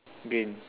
bin